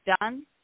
done